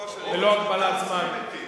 ללא הגבלת זמן.